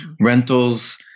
rentals